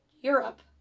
Europe